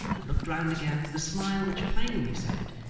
and looked round again, with a smile which plainly said,